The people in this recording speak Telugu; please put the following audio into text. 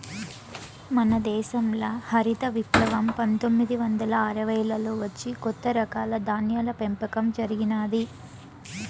మన దేశంల హరిత విప్లవం పందొమ్మిది వందల అరవైలలో వచ్చి కొత్త రకాల ధాన్యాల పెంపకం జరిగినాది